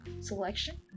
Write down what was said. selection